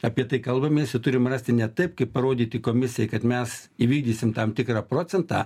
apie tai kalbamės ir turim rasti ne taip kaip parodyti komisijai kad mes įvykdysim tam tikrą procentą